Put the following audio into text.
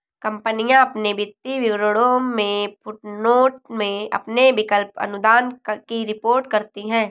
कंपनियां अपने वित्तीय विवरणों में फुटनोट में अपने विकल्प अनुदान की रिपोर्ट करती हैं